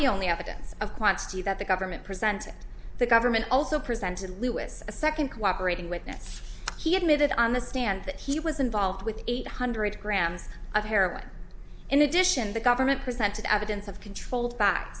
the only evidence of quantity that the government presented the government also presented lou with a second cooperating witness he admitted on the stand that he was involved with eight hundred grams of heroin in addition the government presented evidence of controlled b